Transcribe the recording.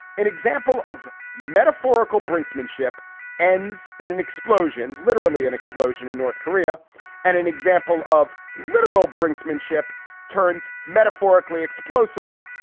an example of metaphorical brinksmanship ends in an explosion, literally an explosion in north korea and an example of literal brinksmanship turns metaphorically explosive,